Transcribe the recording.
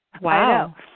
wow